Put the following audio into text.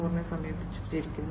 0 സംയോജിപ്പിച്ചിരിക്കുന്നു